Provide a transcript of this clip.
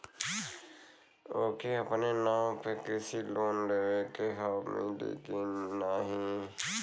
ओके अपने नाव पे कृषि लोन लेवे के हव मिली की ना ही?